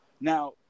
now